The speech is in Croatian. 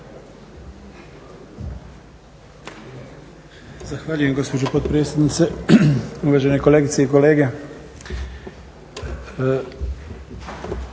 Zahvaljujem gospođo potpredsjednice. Uvažene kolegice i kolege.